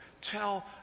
tell